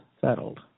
settled